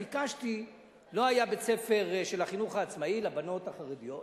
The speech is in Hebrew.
לא היה בית-ספר של החינוך העצמאי לבנות החרדיות,